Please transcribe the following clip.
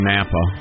Napa